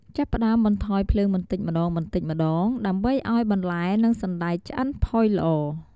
ចាប់ផ្ដើមបន្ថយភ្លើងបន្តិចម្តងៗ ដើម្បីឱ្យបន្លែ និងសណ្ដែកឆ្អិនផុយល្អ។